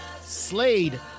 Slade